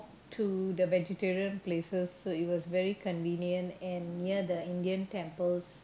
to the vegetarian places so it was very convenient and near the Indian temples